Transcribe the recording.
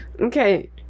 okay